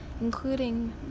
including